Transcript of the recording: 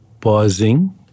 pausing